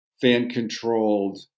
fan-controlled